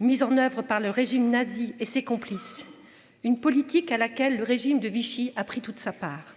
mises en oeuvre par le régime nazi et ses complices. Une politique à laquelle le régime de Vichy a pris toute sa part.